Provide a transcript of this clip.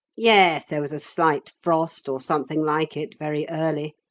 yes there was a slight frost, or something like it, very early,